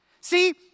See